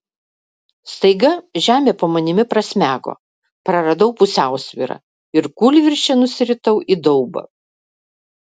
staiga žemė po manimi prasmego praradau pusiausvyrą ir kūlvirsčia nusiritau į daubą